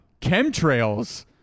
chemtrails